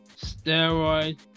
steroid